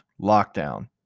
lockdown